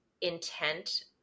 intent